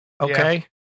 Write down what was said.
okay